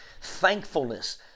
Thankfulness